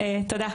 תודה,